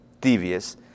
devious